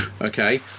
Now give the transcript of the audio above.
Okay